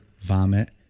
vomit